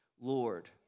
Lord